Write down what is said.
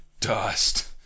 Dust